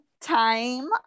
time